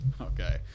Okay